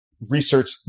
research